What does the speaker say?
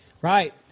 Right